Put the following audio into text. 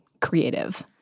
creative